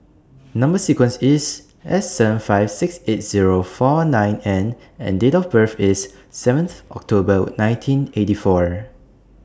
Number sequence IS S seven five six eight Zero four nine N and Date of birth IS seventh October nineteen eighty four